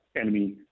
enemy